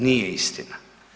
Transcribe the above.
Nije istina.